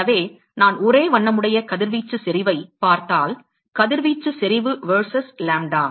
எனவே நான் ஒரே வண்ணமுடைய கதிர்வீச்சு செறிவைப் பார்த்தால் கதிர்வீச்சு செறிவு வெர்சஸ் லாம்ப்டா